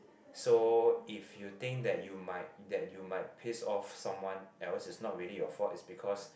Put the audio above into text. so if you think that you might that you might piss off someone else is not really your faults is because